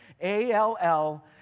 A-L-L